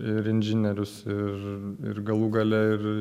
ir inžinierius ir ir galų gale ir